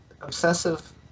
obsessive